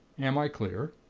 am i clear?